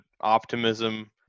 optimism